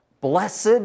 blessed